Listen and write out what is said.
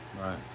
right